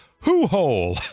hoo-hole